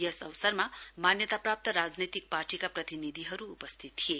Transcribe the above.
यस अवसरमा मान्यताप्राप्त राजनैतिक पार्टीका प्रतिनिधिहरू उपस्थिति थिए